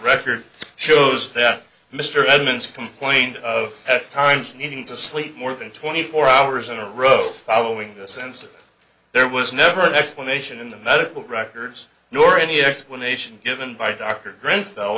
record shows that mr edmunds complained of at times leading to sleep more than twenty four hours in a row i will in the sense that there was never an explanation in the medical records nor any explanation given by d